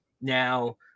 Now